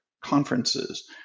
conferences